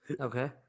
Okay